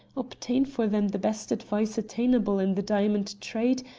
obtain for them the best advice attainable in the diamond trade,